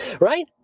right